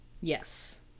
Yes